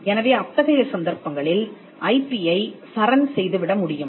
எனவே அத்தகைய சந்தர்ப்பங்களில் ஐபியை சரண் செய்துவிடமுடியும்